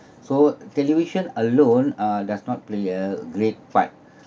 so television alone uh does not play a great part